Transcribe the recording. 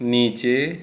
नीचे